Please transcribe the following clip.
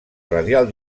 radial